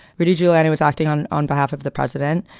rudy giuliani was acting on on behalf of the president.